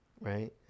right